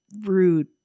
rude